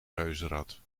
reuzenrad